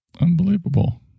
Unbelievable